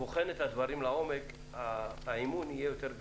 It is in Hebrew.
ובוחנת את הדברים לעומק, האמון יהיה יותר גדול.